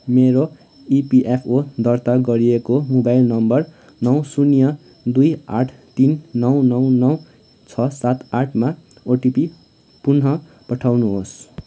मेरो इपिएफओ दर्ता गरिएको मोबाइल नम्बर नौ शून्य दुई आठ तिन नौ नौ नौ छ सात आठमा ओटिपी पुन पठाउनुहोस्